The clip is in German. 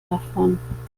davon